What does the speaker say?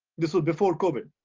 this was before covid,